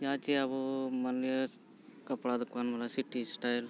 ᱡᱟᱦᱟᱸ ᱪᱮ ᱟᱵᱚ ᱢᱟᱱᱞᱤᱭᱟᱹ ᱠᱟᱯᱲᱟ ᱫᱚᱠᱟᱱ ᱵᱟᱞᱟ ᱥᱤᱴᱤ ᱥᱴᱟᱭᱤᱞ